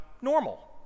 normal